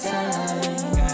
time